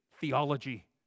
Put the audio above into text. theology